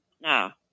No